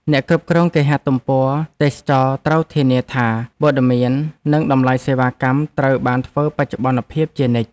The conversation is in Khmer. អ្នកគ្រប់គ្រងគេហទំព័រទេសចរណ៍ត្រូវធានាថា ព័ត៌មាននិងតម្លៃសេវាកម្មត្រូវបានធ្វើបច្ចុប្បន្នភាពជានិច្ច។